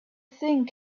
thing